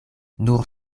nur